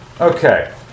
Okay